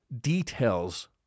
details